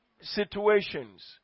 situations